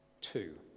Two